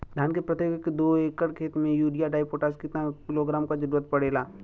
धान के प्रत्येक दो एकड़ खेत मे यूरिया डाईपोटाष कितना किलोग्राम क जरूरत पड़ेला?